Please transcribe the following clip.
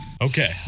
Okay